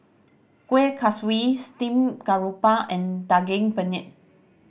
Kuih Kaswi steamed garoupa and Daging Penyet